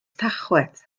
tachwedd